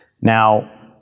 Now